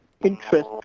interest